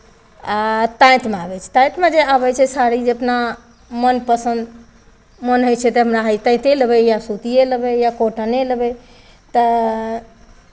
ताँतिमे आबै छै ताँतिमे जे आबै छै साड़ी जितना मनपसन्द मन होइ छै तऽ हमरा होइ तऽ ताँतिए लेबै या सूतिए लेबै या कॉटने लेबै तऽ